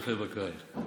רופא בקהל.